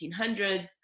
1800s